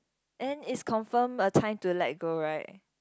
and it's confirmed a time to let go right